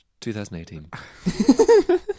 2018